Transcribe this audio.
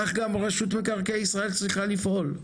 כך גם רשות מקרקעי ישראל צריכה לפעול.